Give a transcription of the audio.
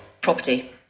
property